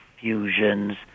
fusions